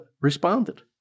responded